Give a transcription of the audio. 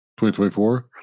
2024